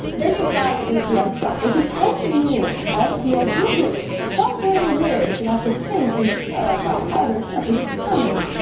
then you've got the apm stuff, which is kind of new. the idea that software engineers should have to think and care about how their stuff is performing.